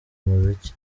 muziki